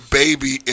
baby